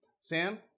Sam